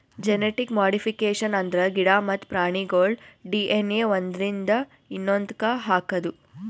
genetic modification ಅಂದ್ರ ಗಿಡ ಮತ್ತ್ ಪ್ರಾಣಿಗೋಳ್ ಡಿ.ಎನ್.ಎ ಒಂದ್ರಿಂದ ಇನ್ನೊಂದಕ್ಕ್ ಹಾಕದು